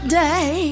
day